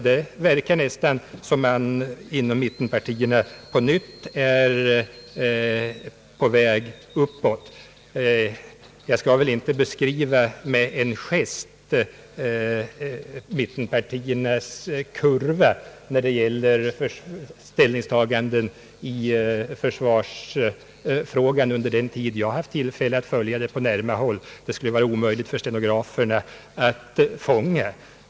Det verkar nästan som om mittenpartierna på nytt är på väg uppåt. Jag skall inte med en gest beskriva mittenpartiernas kurva när det gäller ställningstaganden i försvarsfrågan under den tid jag haft tillfälle att följa den på nära håll. Det skulle vara omöjligt för stenograferna att fånga den.